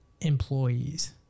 employees